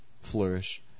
flourish